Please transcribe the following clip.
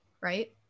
Right